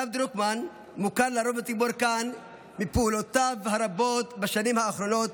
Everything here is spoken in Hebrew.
הרב דרוקמן מוכר לרוב הציבור כאן מפעולותיו הרבות בשנים האחרונות